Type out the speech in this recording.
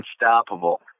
unstoppable